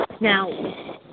Now